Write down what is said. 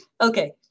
okay